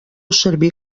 servir